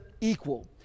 equal